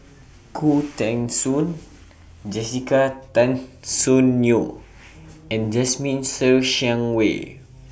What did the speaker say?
Khoo Teng Soon Jessica Tan Soon Neo and Jasmine Ser Xiang Wei